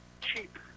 cheap